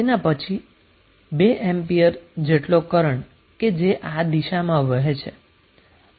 તેના પછી 2A જેટલો કરન્ટ કે જે આ દિશામાં વહે છે